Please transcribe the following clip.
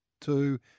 two